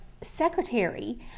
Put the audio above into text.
secretary